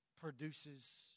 produces